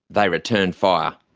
they returned fire.